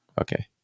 okay